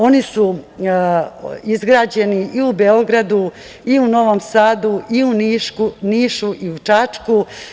Oni su izgrađeni i u Beogradu, i u Novom Sadu i u Niš, i u Čačku.